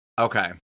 okay